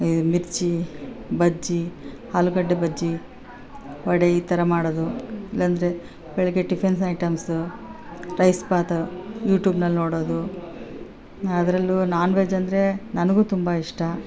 ಈ ಮಿರ್ಚಿ ಭಜ್ಜಿ ಆಲೂಗಡ್ಡೆ ಭಜ್ಜಿ ವಡೆ ಈ ಥರ ಮಾಡೋದು ಇಲ್ಲಂದ್ರೆ ಬೆಳಿಗ್ಗೆ ಟಿಫನ್ಸ್ ಐಟಮ್ಸು ರೈಸ್ಬಾತು ಯೂಟ್ಯೂಬ್ನಲ್ಲಿ ನೋಡೋದು ಅದರಲ್ಲೂ ನಾನ್ ವೆಜ್ ಅಂದರೆ ನನಗೂ ತುಂಬ ಇಷ್ಟ